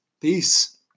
Peace